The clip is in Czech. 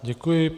Děkuji.